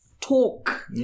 Talk